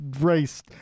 race